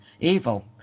evil